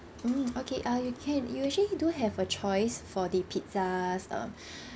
mm okay uh you can you actually do have a choice for the pizzas um